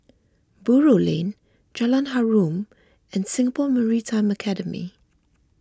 Buroh Lane Jalan Harum and Singapore Maritime Academy